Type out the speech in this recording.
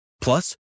Plus